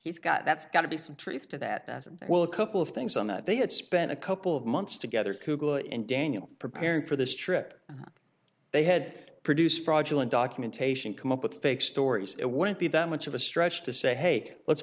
he's got that's got to be some truth to that as well a couple of things on that they had spent a couple of months together kugel and daniel preparing for this trip they had to produce fraudulent documentation come up with fake stories it wouldn't be that much of a stretch to say hey let's